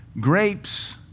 Grapes